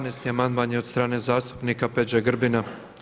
12. amandman je od strane zastupnika Peđe Grbina.